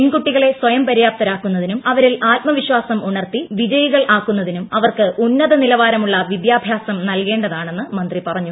പെൺകുട്ടികളെ സ്വയം പര്യാപ്തരാക്കുന്നതിനും അവരിൽ ആത്മവിശ്വാസം ഉണർത്തി വിജയികൾ ആക്കുന്നതിനും ഉന്നതനിലവാരമുള്ള വിദ്യാഭ്യാസം നൽകേണ്ടതാണെന്ന് മന്ത്രി പറഞ്ഞു